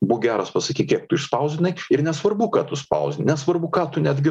būk geras pasakyk kiek tu išspausdinai ir nesvarbu ką tu spausdini nesvarbu ką tu netgi